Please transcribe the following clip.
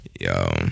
Yo